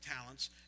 talents